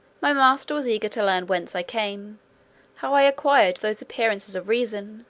my master was eager to learn whence i came how i acquired those appearances of reason,